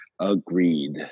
Agreed